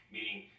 Meaning